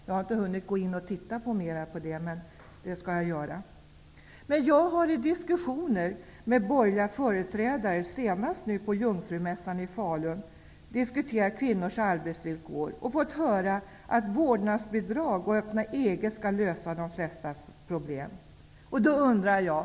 Jag har inte hunnit undersöka saken närmare, men jag skall göra det. Jungfrumässan i Falun senast, om kvinnors arbetsvillkor har jag fått höra att vårdnadsbidrag eller möjligheten att öppna eget företag skall lösa de flesta problem. För vem, undrar jag då.